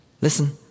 Listen